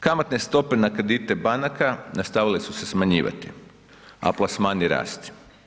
Kamatne stope na kredite banaka nastavile su se smanjivati, a plasmani rasti.